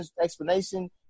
explanation